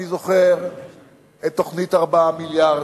אני זוכר את תוכנית 4 המיליארדים,